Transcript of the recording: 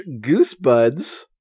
goosebuds